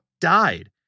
died